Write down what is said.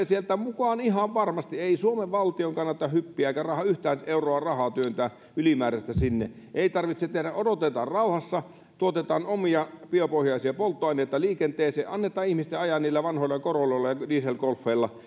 sieltä mukaan ihan varmasti ei suomen valtion kannata hyppiä eikä yhtään euroa rahaa työntää ylimääräistä sinne ei tarvitse sitä tehdä odotetaan rauhassa tuotetaan omia biopohjaisia polttoaineita liikenteeseen annetaan ihmisten ajaa niillä vanhoilla corolloilla ja diesel golfeilla